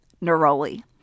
Neroli